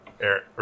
Eric